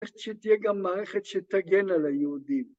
שתהיה גם מערכת שתגן על היהודים